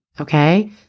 Okay